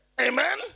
amen